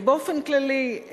באופן כללי,